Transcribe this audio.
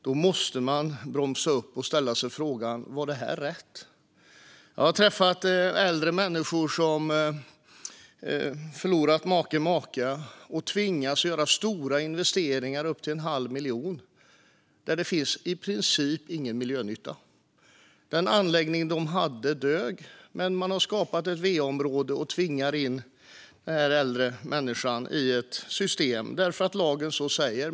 Då måste man stanna upp och ställa sig frågan: Var det här rätt? Jag har träffat äldre människor som förlorat sin make eller maka som tvingas göra stora investeringar på upp till en halv miljon, och där finns i princip ingen miljönytta. Den anläggning de hade dög, men man har skapat ett va-område och tvingar nu in den här äldre människan i ett system därför att lagen så säger.